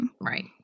Right